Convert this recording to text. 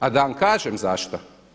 A da vam kažem zašto?